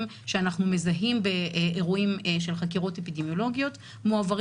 שאנחנו מזהים באירועים של חקירות אפידמיולוגיות מועברים